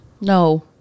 No